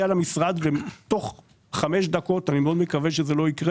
למשרד ותוך חמש דקות אני מקווה מאוד שזה לא יקרה